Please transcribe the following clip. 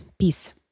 Peace